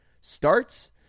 starts